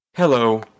Hello